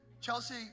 Chelsea